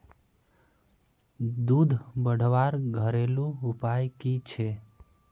दूध बढ़वार घरेलू उपाय की छे?